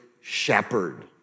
shepherd